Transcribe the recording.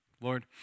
Lord